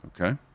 Okay